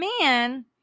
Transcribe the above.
man